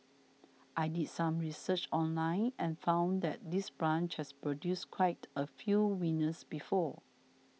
I did some research online and found that this branch has produced quite a few winners before